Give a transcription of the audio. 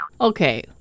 Okay